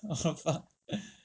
fuck